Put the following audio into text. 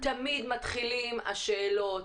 תמיד מתחילות השאלות.